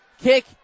Kick